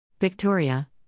Victoria